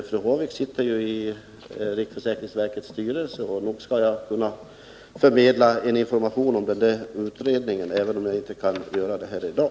Fru Håvik sitter ju i riksförsäkringsverkets styrelse, och nog skulle jag kunna förmedla information om utredningen, även om jag inte kan göra det i dag.